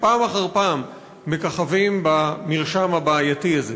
שפעם אחר פעם מככבים במרשם הבעייתי הזה.